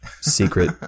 secret